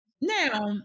Now